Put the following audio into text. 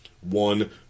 One